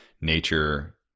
nature